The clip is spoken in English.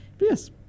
yes